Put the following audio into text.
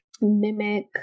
mimic